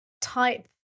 type